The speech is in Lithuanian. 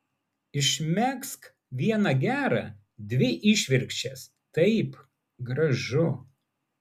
išmegzk vieną gerą dvi išvirkščias taip gražu